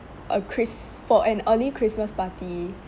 a christ~ for an early christmas party